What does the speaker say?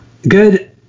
Good